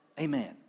Amen